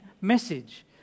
message